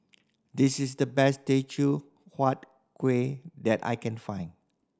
this is the best Teochew Huat Kueh that I can find